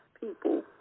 people